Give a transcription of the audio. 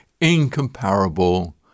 incomparable